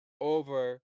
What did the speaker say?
over